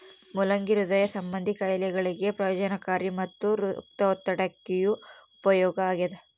ಮುಲ್ಲಂಗಿ ಹೃದಯ ಸಂಭಂದಿ ಖಾಯಿಲೆಗಳಿಗೆ ಪ್ರಯೋಜನಕಾರಿ ಮತ್ತು ರಕ್ತದೊತ್ತಡಕ್ಕೆಯೂ ಉಪಯೋಗ ಆಗ್ತಾದ